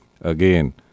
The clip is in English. Again